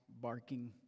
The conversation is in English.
barking